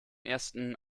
ersten